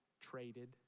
traded